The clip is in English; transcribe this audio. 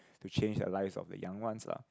to change the lives of the young ones lah